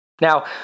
Now